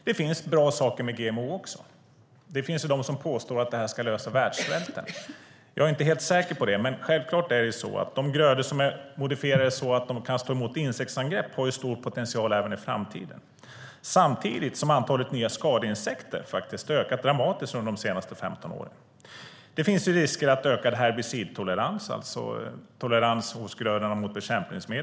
Det finns också bra saker med GMO. Det finns de som påstår att GMO ska lösa världssvälten. Jag är inte helt säker på det, men självklart har grödor som är modifierade så att de kan stå emot insektsangrepp en stor potential även i framtiden. Samtidigt har mängden nya skadeinsekter ökat dramatiskt under de senaste 15 åren. Det finns risk för ökad herbicidtolerans, det vill säga tolerans hos grödorna mot bekämpningsmedel.